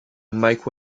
mike